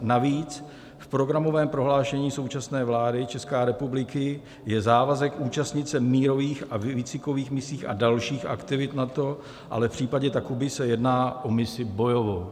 Navíc v programovém prohlášení současné vlády České republiky je závazek účastnit se mírových a výcvikových misí a dalších aktivit NATO, ale v případě Takuby se jedná o misi bojovou.